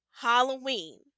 Halloween